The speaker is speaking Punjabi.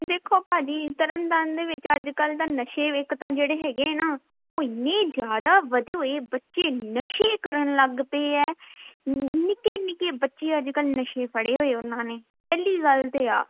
ਦੇਖੋ ਭਾਅ ਜੀ ਤਰਨਤਾਰਨ ਦੇ ਵਿੱਚ ਅੱਜ ਕੱਲ੍ਹ ਤਾਂ ਨਸ਼ੇ ਇੱਕ ਤਾਂ ਜਿਹੜੇ ਹੈਗੇ ਹੈ ਨਾ ਉਹ ਇੰਨੇ ਜ਼ਿਆਦਾ ਵਧੇ ਹੋਏ ਬੱਚੇ ਨਸ਼ੇ ਕਰਨ ਲੱਗ ਪਏ ਹੈ ਨਿੱਕੇ ਨਿੱਕੇ ਬੱਚੇ ਅੱਜ ਕੱਲ੍ਹ ਨਸ਼ੇ ਫੜੇ ਹੋਏ ਉਹਨਾਂ ਨੇ ਪਹਿਲੀ ਗੱਲ ਤਾਂ ਆ